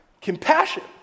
compassion